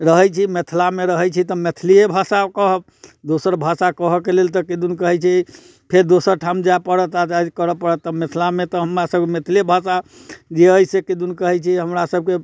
रहैत छी मिथिलामे रहैत छी तऽ मैथिलिये भाषा कहब दोसर भाषा कहऽके लेल तऽ किदुन कहैत छै फेर दोसर ठाम जाए पड़त आ जायज करऽ पड़त फेर मिथिलामे तऽ हमरा सब मैथिले भाषा जे अइ से किदुन कहैत छै से हमरा सबकेँ